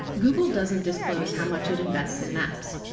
google doesn't disclose how much it invests in maps.